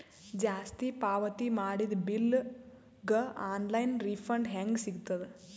ಜಾಸ್ತಿ ಪಾವತಿ ಮಾಡಿದ ಬಿಲ್ ಗ ಆನ್ ಲೈನ್ ರಿಫಂಡ ಹೇಂಗ ಸಿಗತದ?